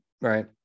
right